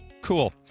Cool